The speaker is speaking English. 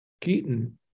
Keaton